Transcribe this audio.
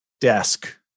desk